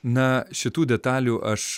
na šitų detalių aš